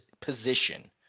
position